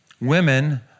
women